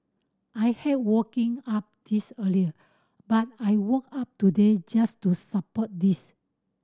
I hate waking up this early but I woke up today just to support this